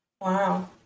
Wow